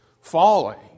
falling